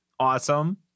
Awesome